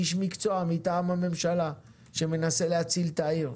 איש מקצוע מטעם הממשלה שמנסה להציל את העיר.